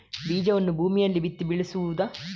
ಬೀಜವನ್ನು ಭೂಮಿಯಲ್ಲಿ ಬಿತ್ತಿ ಬೆಳೆಸುವುದಾ?